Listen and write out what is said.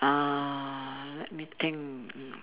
uh let me think mm